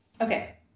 Okay